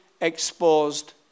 exposed